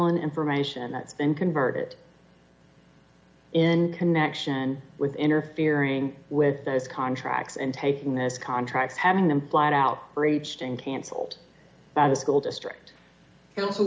on information that's been converted in connection with interfering with those contracts and taking those contracts having them flat out breached and cancelled out a school district council